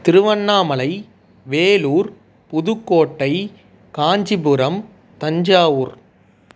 Tiruvannamalai Vellore Pudukkottai Kanchipuram Thanjavur